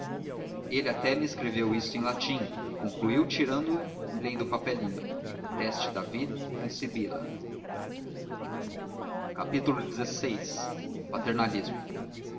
ele até me escreveu isto em latim concluiu tirando e lendo o papelinho teste david cum sibylla xvi paternalismo